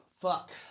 fuck